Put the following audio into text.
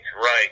right